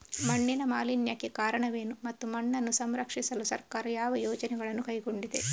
ಮಣ್ಣಿನ ಮಾಲಿನ್ಯಕ್ಕೆ ಕಾರಣವೇನು ಮತ್ತು ಮಣ್ಣನ್ನು ಸಂರಕ್ಷಿಸಲು ಸರ್ಕಾರ ಯಾವ ಯೋಜನೆಗಳನ್ನು ಕೈಗೊಂಡಿದೆ?